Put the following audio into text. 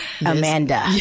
Amanda